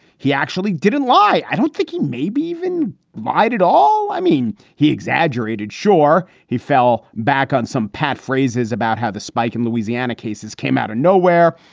he actually didn't lie. i don't think he maybe even mind at all. i mean, he exaggerated. sure. he fell back on some pat phrases about how the spike in louisiana cases came out of nowhere.